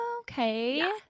okay